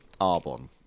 arbon